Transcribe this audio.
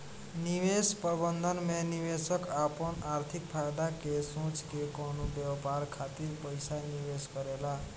निवेश प्रबंधन में निवेशक आपन आर्थिक फायदा के सोच के कवनो व्यापार खातिर पइसा निवेश करेला